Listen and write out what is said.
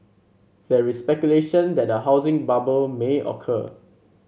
there is speculation that a housing bubble may occur